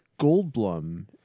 Goldblum